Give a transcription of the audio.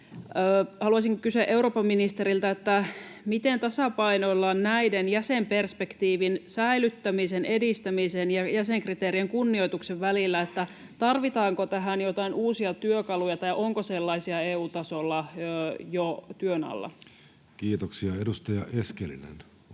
Haluaisin kysyä eurooppaministeriltä: Miten tasapainoillaan jäsenperspektiivin säilyttämisen ja edistämisen ja jäsenkriteerien kunnioituksen välillä? Tarvitaanko tähän joitain uusia työkaluja, tai onko sellaisia EU-tasolla jo työn alla? Kiitoksia. — Edustaja Eskelinen,